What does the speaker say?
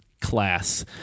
class